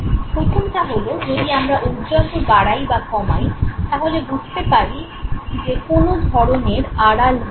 প্রথমটা হলো যদি আমরা ঔজ্জ্বল্য বাড়াই বা কমাই তাহলে বুঝতে পারি যে কোন ধরণের আড়াল হয়েছে